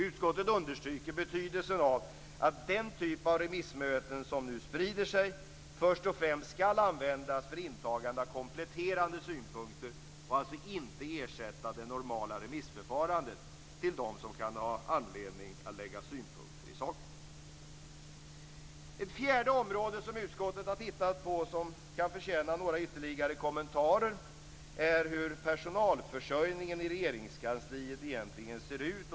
Utskottet understryker betydelsen av att den typ av remissmöten som nu sprider sig först och främst ska användas för intagande av kompletterande synpunkter och alltså inte ersätta det normala remissförfarandet till dem som kan ha anledning att lägga synpunkter i sak. Ett fjärde område som utskottet har tittat på som kan förtjäna några ytterligare kommentarer är hur personalförsörjningen i Regeringskansliet egentligen ser ut.